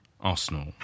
Arsenal